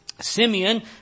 Simeon